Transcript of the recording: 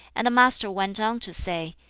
and the master went on to say,